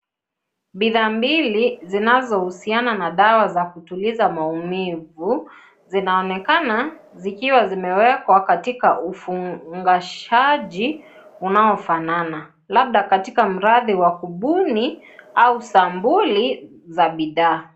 Bidhaa mbili zinazohusiana na dawa za kutuliza maumivu, zinaonekana zikiwa zimewekwa katika ufungashaji unaofanana labda katika mradi wa kubuni au sampuli za bidhaa.